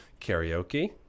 Karaoke